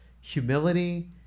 humility